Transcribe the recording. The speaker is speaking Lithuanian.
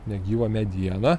negyva mediena